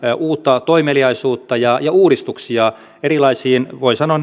uutta toimeliaisuutta ja ja uudistuksia erilaisiin voi sanoa